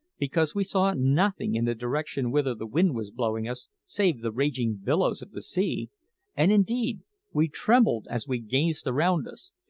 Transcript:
because we saw nothing in the direction whither the wind was blowing us save the raging billows of the sea and indeed we trembled as we gazed around us,